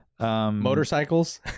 Motorcycles